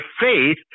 faith